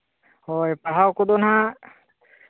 ᱦᱳᱭ ᱯᱟᱲᱦᱟᱣ ᱠᱚᱫᱚ ᱦᱟᱸᱜ